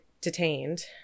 detained